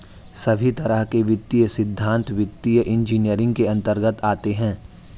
सभी तरह के वित्तीय सिद्धान्त वित्तीय इन्जीनियरिंग के अन्तर्गत आते हैं